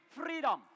freedom